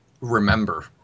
remember